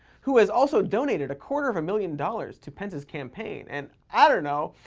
who has also donated a quarter of a million dollars to pence's campaign, and, i don't know,